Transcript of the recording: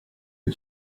que